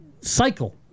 cycle